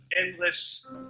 endless